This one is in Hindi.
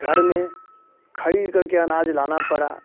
घर में खरीद करके अनाज लाना पड़ा